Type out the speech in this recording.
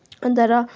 अनि त्यहाँबाट